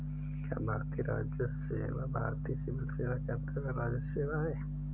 क्या भारतीय राजस्व सेवा भारतीय सिविल सेवा के अन्तर्गत्त राजस्व सेवा है?